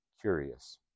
curious